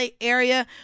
area